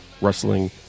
wrestling